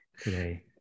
today